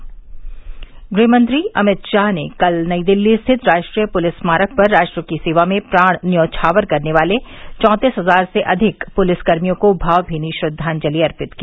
police स्मारक गृहमंत्री अमित शाह ने कल नई दिल्ली स्थित राष्ट्रीय पुलिस स्मारक पर राष्ट्र की सेवा में प्राण न्यौछावर करने वाले चौंतीस हजार से अधिक पुलिसकर्मियों को भावभीनी श्रद्वांजलि अर्पित की